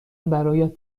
برایت